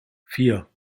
vier